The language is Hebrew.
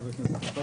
חבר הכנסת טור פז,